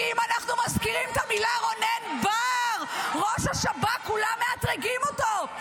כי אם אנחנו מזכירים את המילים "רונן בר ראש השב"כ" כולם מאתרגים אותו.